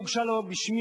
הוגשה לא בשמי,